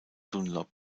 dunlop